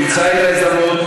תמצא את ההזדמנות,